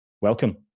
Welcome